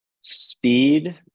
speed